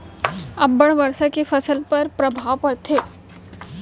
अब्बड़ वर्षा के फसल पर का प्रभाव परथे?